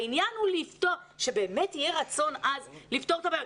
העניין הוא שבאמת יהיה רצון עז לפתור את הבעיות.